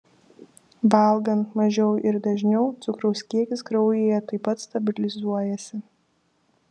valgant mažiau ir dažniau cukraus kiekis kraujyje taip pat stabilizuojasi